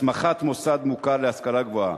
הסמכת מוסד מוכר להשכלה גבוהה,